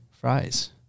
fries